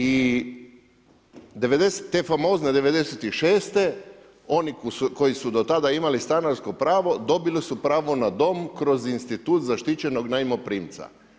I te famozne '96., oni koji su do tada imali stanarsko pravo, dobili su pravo nadom kroz institut zaštićenog najmoprimca.